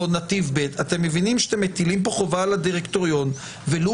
בנתיב ב' אתם מבינים שאתם מטילים פה חובה על הדירקטוריון ולו